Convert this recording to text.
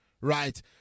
right